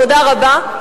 תודה רבה.